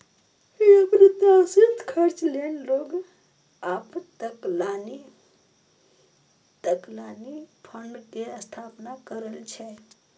अप्रत्याशित खर्च लेल लोग आपातकालीन फंड के स्थापना करै छै